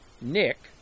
Nick